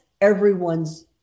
everyone's